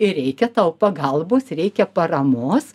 ir reikia tau pagalbos reikia paramos